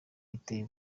iteye